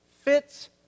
fits